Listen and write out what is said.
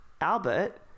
Albert